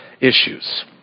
issues